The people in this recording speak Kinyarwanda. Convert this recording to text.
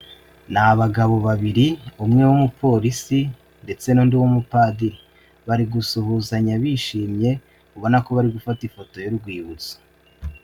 Ni abagabo babiri, umwe w'umupolisi ndetse n'undi w'umupadiri, bari gusuhuzanya bishimye, ubona ko bari gufata ifoto y'urwibutso.